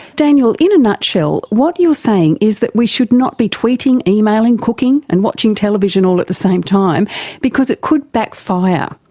daniel, in a nutshell, what you are saying is that we should not be tweeting, emailing, cooking and watching television all at the same time because it could backfire.